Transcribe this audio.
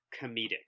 comedic